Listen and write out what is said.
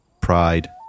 pride